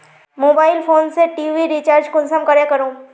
Mobile phone से TV recharge कुंसम करे करूम?